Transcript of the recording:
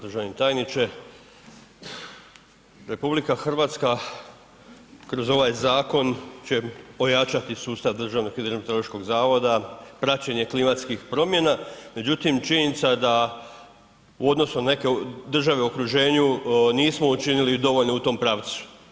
Državni tajniče, RH kroz ovaj zakon će ojačati sustav Državnog hidrometeorološkog zavoda, praćenje klimatskih promjena međutim činjenica da u odnosu na neke države u okruženju nismo učinili dovoljno u tom pravcu.